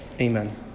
Amen